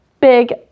Big